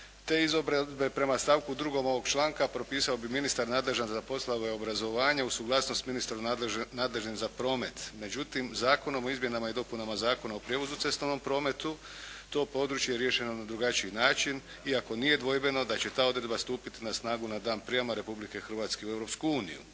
te izobrazbe prema stavku 2. ovog članka propisao bi ministar nadležan za poslove obrazovanja uz suglasnost ministra nadležnim za promet. Međutim, Zakonom o izmjenama i dopunama Zakona o prijevozu u cestovnom prometu to područje je riješeno na drugačiji način, iako nije dvojbeno da će ta odredba stupiti na snagu na dan prijema Republike Hrvatske u